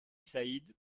said